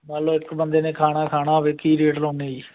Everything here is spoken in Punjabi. ਮੰਨ ਲਓ ਇੱਕ ਬੰਦੇ ਨੇ ਖਾਨਾ ਖਾਣਾ ਹੋਵੇ ਕੀ ਰੇਟ ਲਾਉਂਦੇ ਆ ਜੀ